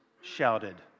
shouted